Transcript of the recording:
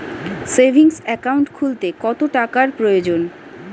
Savings account খুলতে কত টাকার প্রয়োজন?